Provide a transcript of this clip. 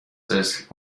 disc